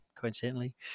coincidentally